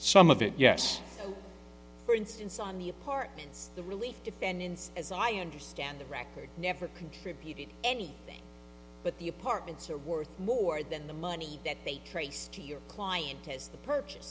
some of it yes for instance on the apartments the relief defendants as i understand the record never contributed anything but the apartments are worth more than the money that they traced to your client as the p